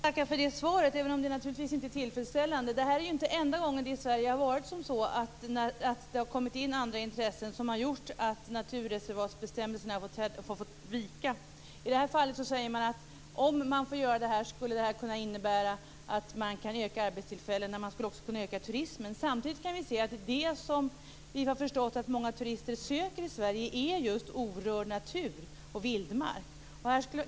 Herr talman! Jag tackar för det svaret, även om det naturligtvis inte är tillfredsställande. Det här är inte enda gången som det i Sverige har kommit in intressen som gjort att naturreservatsbestämmelserna har fått vika. I det här fallet framhålls att ett genomförande skulle kunna innebära att man kan öka arbetstillfällena men också turismen. Samtidigt har vi förstått att det som många turister söker i Sverige just är orörd natur och vildmark.